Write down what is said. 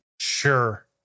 Sure